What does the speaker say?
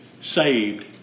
saved